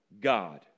God